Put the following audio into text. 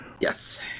yes